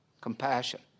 Compassion